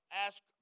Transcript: ask